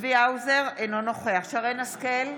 אינו נוכח שרן מרים השכל,